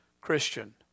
Christian